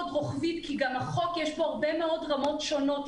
רוחבית כי בחוק יש הרבה מאוד רמות שונות.